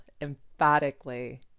emphatically